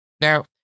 Now